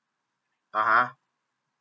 (uh huh)